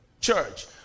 church